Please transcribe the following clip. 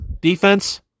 defense